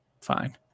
fine